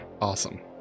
Awesome